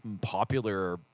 popular